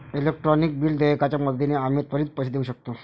electronic bill देयकाच्या मदतीने आम्ही त्वरित पैसे देऊ शकतो